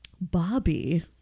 Bobby